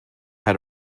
had